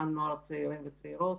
הצוהריים.